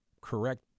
correct